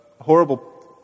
horrible